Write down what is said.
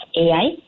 AI